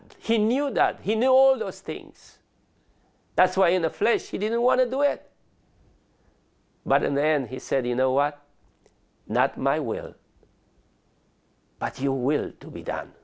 blood he knew that he knew all those things that's why in the flesh he didn't want to do it but and then he said you know what not my will but you will be done